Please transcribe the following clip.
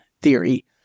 Theory